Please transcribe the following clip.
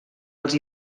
els